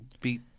beat